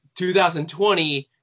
2020